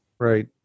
Right